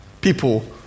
People